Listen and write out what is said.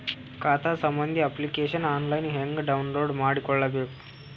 ಖಾತಾ ಸಂಬಂಧಿ application online ಹೆಂಗ್ ಡೌನ್ಲೋಡ್ ಮಾಡಿಕೊಳ್ಳಬೇಕು?